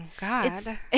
God